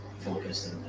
focused